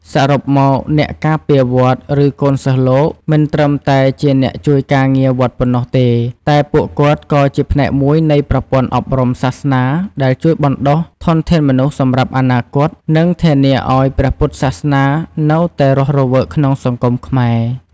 សរុបមក អ្នកការពារវត្ត ឬកូនសិស្សលោក មិនត្រឹមតែជាអ្នកជួយការងារវត្តប៉ុណ្ណោះទេ តែពួកគាត់ក៏ជាផ្នែកមួយនៃប្រព័ន្ធអប់រំសាសនាដែលជួយបណ្ដុះធនធានមនុស្សសម្រាប់អនាគត និងធានាឱ្យព្រះពុទ្ធសាសនានៅតែរស់រវើកក្នុងសង្គមខ្មែរ។